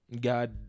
God